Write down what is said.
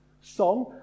song